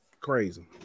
Crazy